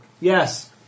Yes